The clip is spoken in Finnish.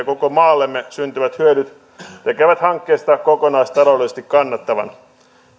koko maallemme syntyvät hyödyt tekevät hankkeesta kokonaistaloudellisesti kannattavan